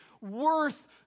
worth